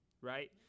right